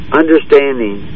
understanding